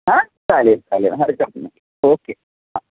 हां चालेल चालेल हरकत नाही ओके हा